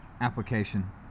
application